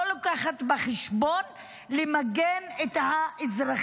לא לוקחת בחשבון למגן את האזרחים שלה.